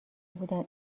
بودن